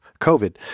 COVID